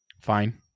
fine